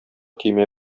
көймә